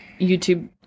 YouTube